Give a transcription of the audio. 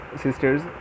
sisters